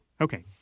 Okay